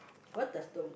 what does the